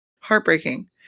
heartbreaking